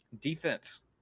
defense